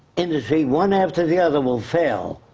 industry one after the other will fail,